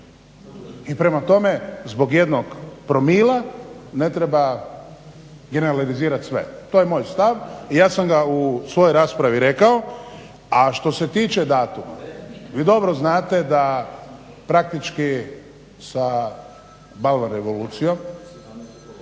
i prema tome zbog jednog promila ne treba generalizirat sve. To je moj stav i ja sam ga u svojoj raspravi rekao. A što se tiče datuma, vi dobro znate da praktički sa balvan revolucijom